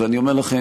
ואני אומר לכם,